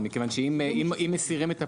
כי אם מסירים את הפליליות,